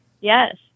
Yes